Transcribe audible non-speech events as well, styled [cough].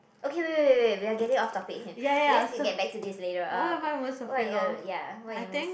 okay wait wait wait wait we are getting off topic [noise] let's look get back to this later uh what are you ya what are you most